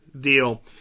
deal